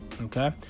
Okay